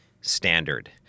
standard